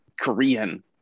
Korean